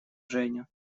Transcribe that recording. женя